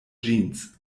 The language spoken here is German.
jeans